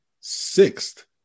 sixth